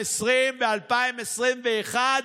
וכמובן,